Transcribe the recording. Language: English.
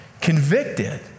convicted